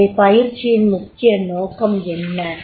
எனவே பயிற்சியின் முக்கிய நோக்கம் என்ன